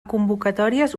convocatòries